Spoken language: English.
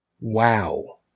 Wow